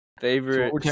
Favorite